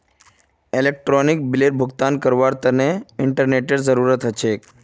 electronic बिलेर भुगतान करवार तने इंटरनेतेर जरूरत ह छेक